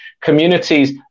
communities